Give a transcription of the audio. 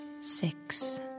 six